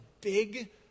big